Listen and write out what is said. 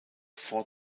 four